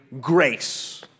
grace